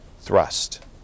thrust